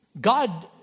God